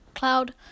cloud